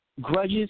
Grudges